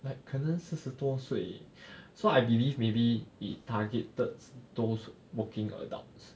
like 可能四十多岁 so I believe maybe it targeted those working adults